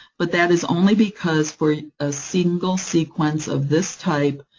but that is only because, for a ah single sequence of this type,